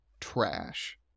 Trash